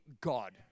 God